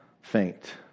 faint